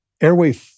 airway